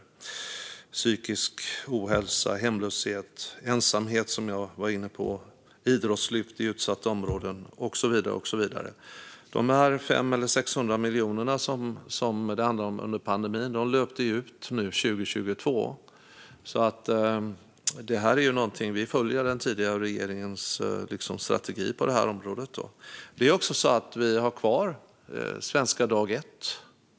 De gäller psykisk ohälsa, hemlöshet, ensamhet, som jag var inne på, idrottslyft i utsatta områden och så vidare. De 500 eller 600 miljoner som det handlade om under pandemin löpte ut 2022. Vi följer den tidigare regeringens strategi på detta område. Vi har kvar Svenska från dag ett.